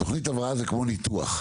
תכנית הבראה זה כמו ניתוח.